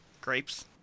Grapes